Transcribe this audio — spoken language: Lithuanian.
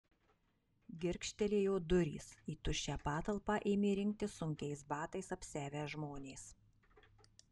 girgžtelėjo durys į tuščią patalpą ėmė rinktis sunkiais batais apsiavę žmonės